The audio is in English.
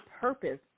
purpose